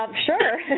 um sure,